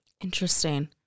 Interesting